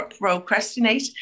procrastinate